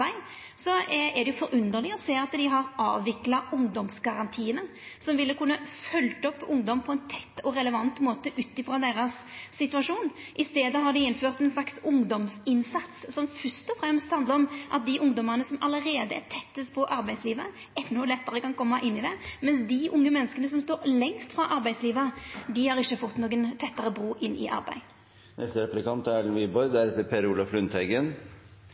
er det underleg å sjå at dei har avvikla ungdomsgarantien, som ein hadde for å kunna følgja opp ungdom på ein tett og relevant måte ut frå deira situasjon. I staden har dei innført ein slags ungdomsinnsats, som fyrst og fremst handlar om at dei ungdommane som allereie er tettast på arbeidslivet, endå lettare kan koma inn i det, medan dei unge menneska som står lengst frå arbeidslivet, ikkje har fått noka betre bru over i arbeid. Arbeiderpartiet er